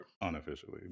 unofficially